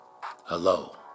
Hello